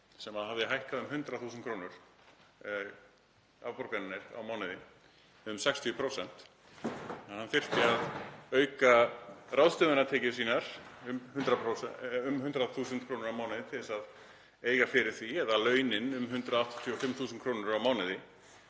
höfðu hækkað um 100.000 kr. á mánuði, um 60%. Hann þyrfti að auka ráðstöfunartekjur sínar um 100.000 kr. á mánuði til þess að eiga fyrir því, þ.e. launin um 185.000 kr. á mánuði.